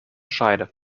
scheide